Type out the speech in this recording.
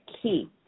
key